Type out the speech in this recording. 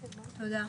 שקבענו.